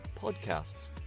podcasts